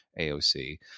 AOC